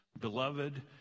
Beloved